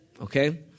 Okay